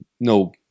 no